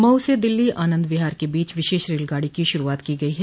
मऊ स दिल्ली आनन्द विहार के बीच विशेष रेलगाडो की शुरूआत की गई है